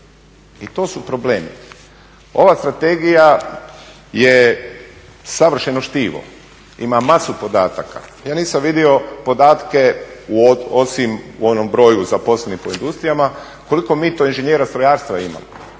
i to su problemi. Ova strategija je savršeno štivo, ima masu podataka. Pa ja nisam vidio podatke osim u onom broju zaposlenih u industrijama koliko mi to inženjera strojarstva imamo